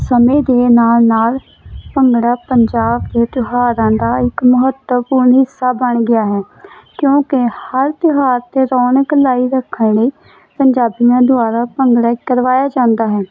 ਸਮੇਂ ਦੇ ਨਾਲ ਨਾਲ ਭੰਗੜਾ ਪੰਜਾਬ ਦੇ ਤਿਉਹਾਰਾਂ ਦਾ ਇੱਕ ਮਹੱਤਵਪੂਰਨ ਹਿੱਸਾ ਬਣ ਗਿਆ ਹੈ ਕਿਉਂਕਿ ਹਰ ਤਿਉਹਾਰ 'ਤੇ ਰੌਣਕ ਲਾਈ ਰੱਖਣ ਲਈ ਪੰਜਾਬੀਆਂ ਦੁਆਰਾ ਭੰਗੜਾ ਕਰਵਾਇਆ ਜਾਂਦਾ ਹੈ